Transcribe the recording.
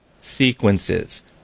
sequences